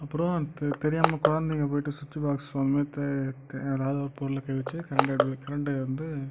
அப்புறம் அது தெ தெரியாமல் குழந்தைங்க போயிவிட்டு சுவிட்ச்சுபாக்ஸ் சமயத்தில் தெ ஏதாவது ஒரு பொருளில் கை வச்சு கரண்டு அடிபட்டு கரண்டு வந்து